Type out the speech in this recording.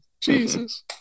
Jesus